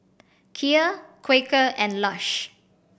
Kia Quaker and Lush